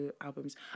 albums